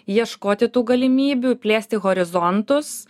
ieškoti tų galimybių plėsti horizontus